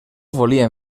volíem